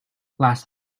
last